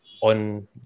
on